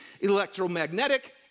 electromagnetic